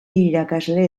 irakasle